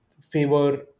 favor